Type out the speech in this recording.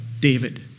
David